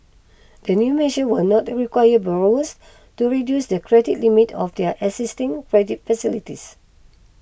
the new measure will not require borrowers to reduce the credit limit of their existing credit facilities